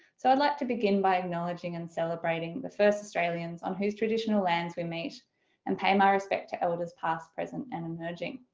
so i'd like to begin by acknowledging and celebrating the first australians on whose traditional lands we meet and pay my respect to elders past present and emerging.